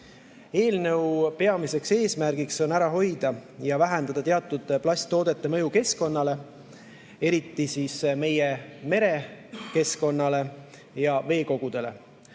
Eelnõu peamine eesmärk on ära hoida [või vähemalt] vähendada teatud plasttoodete mõju keskkonnale, eriti meie merekeskkonnale ja veekogudele,